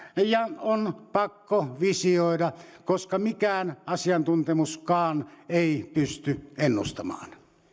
ja on pakko visioida koska mikään asiantuntemuskaan ei pysty ennustamaan